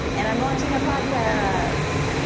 and i'm launching a podcast!